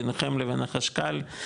בינכם לבין החשכ"ל.